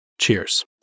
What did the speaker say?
Cheers